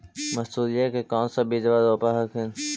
मसुरिया के कौन सा बिजबा रोप हखिन?